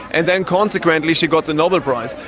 and then consequently she got the nobel prize.